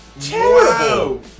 Terrible